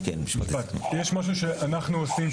יש משהו שאנחנו עושים,